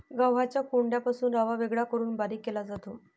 गव्हाच्या कोंडापासून रवा वेगळा करून बारीक केला जातो